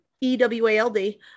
E-W-A-L-D